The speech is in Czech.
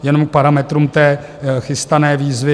Jenom k parametrům té chystané výzvy.